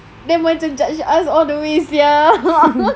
then macam judge us all the way sia